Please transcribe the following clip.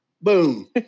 Boom